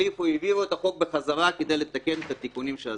העבירו את החוק בחזרה כדי לתקן את התיקונים שעשיתי.